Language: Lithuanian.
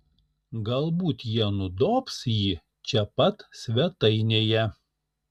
galbūt jie nudobs jį čia pat svetainėje